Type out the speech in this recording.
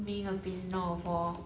being a prisoner of war